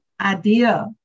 idea